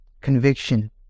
conviction